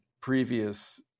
previous